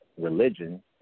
religion